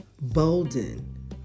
Bolden